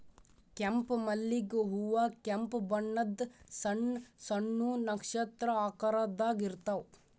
ಕೆಂಪ್ ಮಲ್ಲಿಗ್ ಹೂವಾ ಕೆಂಪ್ ಬಣ್ಣದ್ ಸಣ್ಣ್ ಸಣ್ಣು ನಕ್ಷತ್ರ ಆಕಾರದಾಗ್ ಇರ್ತವ್